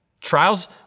Trials